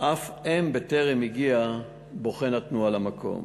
אף הם בטרם הגיע בוחן התנועה למקום.